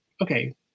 okay